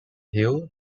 hill